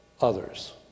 others